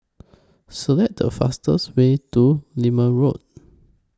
Select The fastest Way to Lermit Road